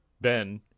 Ben